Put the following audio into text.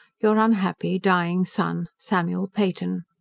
your unhappy dying son, samuel peyton.